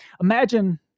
Imagine